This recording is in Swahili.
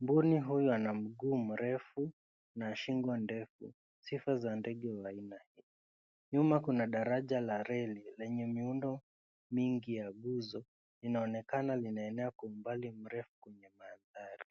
Mbuni huyu ana mguu mrefu na shingo ndefu sifa za ndege wa aina hii. Nyuma kuna daraja la reli lenye miundo mingi ya gunzo. Inaonekana limeenea kwa umbali mrefu wa mandhari.